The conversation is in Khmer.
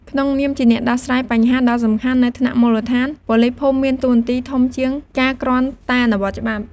ក្នុងនាមជាអ្នកដោះស្រាយបញ្ហាដ៏សំខាន់នៅថ្នាក់មូលដ្ឋាន ប៉ូលីសភូមិមានតួនាទីធំជាងការគ្រាន់តែអនុវត្តច្បាប់។